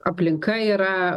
aplinka yra